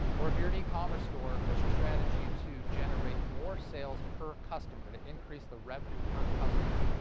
or if you're an ecommerce store, what's your strategy to generate more sales per customer, to increase the revenue per customer,